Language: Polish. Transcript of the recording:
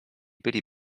byli